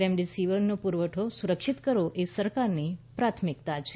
રેમડેસીવીરનો પુરવઠો સુરક્ષિત કરવો એ સરકારની પ્રાથમિકતા છે